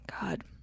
God